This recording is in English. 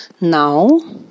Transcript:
Now